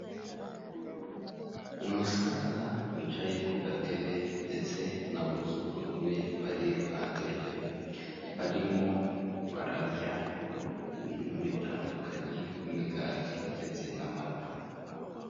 Umusaza wicaye ku gatebe ndetse n'abuzukuru be bari iruhande rwe, barimo bararya ibintu bitandukanye nk'imigati ndetse n'amata.